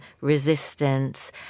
resistance